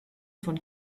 von